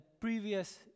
previous